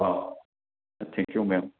thank you ma'am